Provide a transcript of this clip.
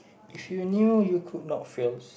if you knew you could not fails